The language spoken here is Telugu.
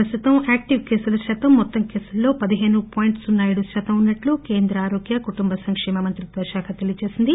ప్రస్తుతం యాక్టివ్ కేసుల శాతం మొత్తం కేసుల్లో పదిహేను పాయింట్ సున్న ఏడు శాతం ఉన్నట్లు కేంద్ర ఆరోగ్య కుటుంబ సంకేమ మంత్రిత్వ శాఖ తెలియజేసింది